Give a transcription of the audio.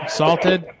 salted